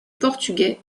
portugais